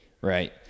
Right